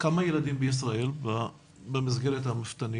כמה ילדים בישראל במסגרת המפתנים?